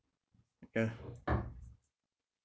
yeah